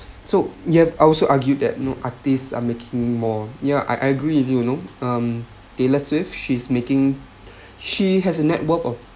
so you have also argued that no artists are making more yeah I agree with you know um less if she's making she has a network of